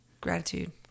Gratitude